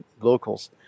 locals